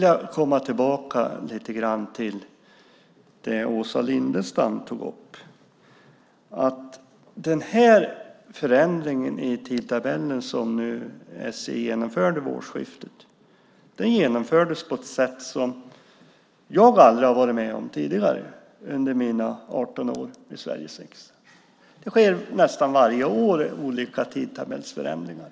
Jag återkommer lite grann till det som Åsa Lindestam tog upp, nämligen att den förändring i tidtabellen som SJ genomförde vid årsskiftet genomfördes på ett sätt som jag aldrig tidigare under mina 18 år i Sveriges riksdag varit med om. Nästan varje år sker olika tidtabellsförändringar.